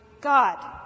God